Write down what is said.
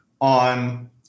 on